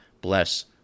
bless